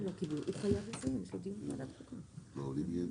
יהיה המשך,